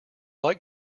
like